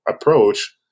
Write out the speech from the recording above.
approach